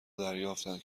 دریافتند